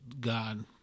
God